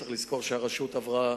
צריך לזכור שהרשות עברה